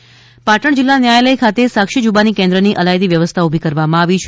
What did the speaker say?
સાક્ષી જૂબાની કેન્ક્ર પાટણ જીલ્લા ન્યાયાલય ખાતે સાક્ષી જુબાની કેન્દ્રની અલાયદી વ્યવસ્થા ઊભી કરવામાં આવી છે